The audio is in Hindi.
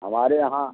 हमारे यहाँ